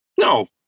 no